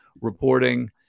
reporting